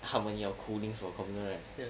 他们要 cooling for computer right